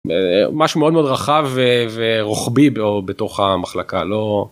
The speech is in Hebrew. משהו מאוד רחב ורוחבי בתוך המחלקה לא.